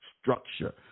structure